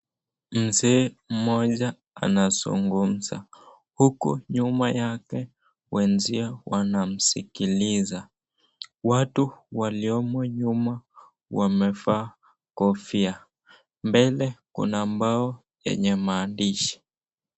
Mzee mmoja anazungumza huku nyuma yake wenzio awanamsikiliza. Watu waliomo nyuma wamevaa kofia. Mbele kuna mbao yenye maandishi.